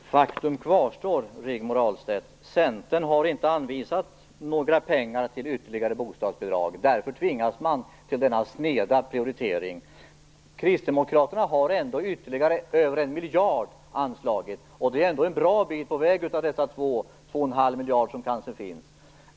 Herr talman! Faktum kvarstår, Rigmor Ahlstedt. Centern har inte anvisat någar pengar till ytterligare bostadsbidrag. Därför tvingas man till denna sneda prioritering. Kristdemokraterna har ändå anslagit ytterligare över en miljard. Det är en bra bit på väg mot de 2-2,5 miljarder som kanske behövs.